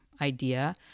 idea